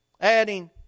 Adding